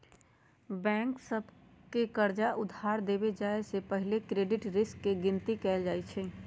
bank सभ के कर्जा उधार देबे जाय से पहिले क्रेडिट रिस्क के गिनति कएल जाइ छइ